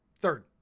Third